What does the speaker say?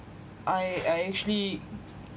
I I actually